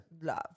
love